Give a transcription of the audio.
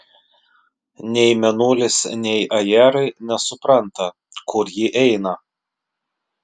nei mėnulis nei ajerai nesupranta kur ji eina